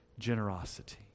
generosity